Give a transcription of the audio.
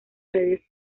redes